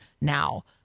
now